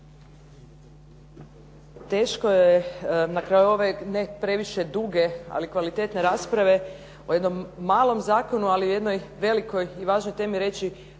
Teško je na kraju ove, ne previše duge, ali kvalitetne rasprave o jednom malom zakonu, ali o jednoj velikoj i važnoj temi reći